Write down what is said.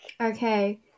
Okay